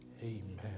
Amen